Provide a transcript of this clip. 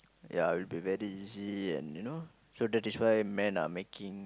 ya it will be very easy and you know so that is why man are making